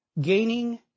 gaining